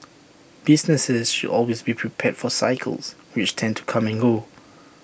businesses should always be prepared for cycles which tend to come and go